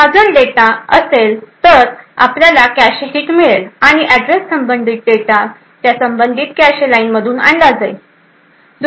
आता जर डेटा असेल तर आपल्याला कॅशे हिट मिळेल आणि ऍड्रेस संबंधित डेटा त्यासंबंधित कॅशे लाईन मधून आणला जाईल